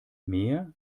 mehr